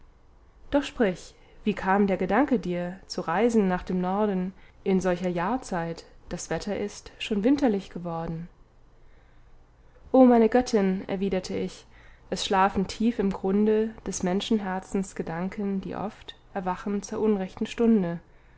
doch sprich wie kam der gedanke dir zu reisen nach dem norden in solcher jahrzeit das wetter ist schon winterlich geworden oh meine göttin erwiderte ich es schlafen tief im grunde des menschenherzens gedanken die oft erwachen zur unrechten stunde